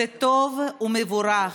זה טוב ומבורך.